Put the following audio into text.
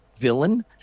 villain